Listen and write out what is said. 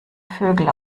vögel